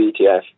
ETF